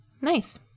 Nice